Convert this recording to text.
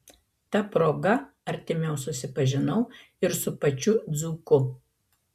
ta proga artimiau susipažinau ir su pačiu dzūku